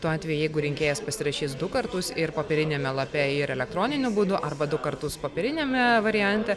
tuo atveju jeigu rinkėjas pasirašys du kartus ir popieriniame lape ir elektroniniu būdu arba du kartus popieriniame variante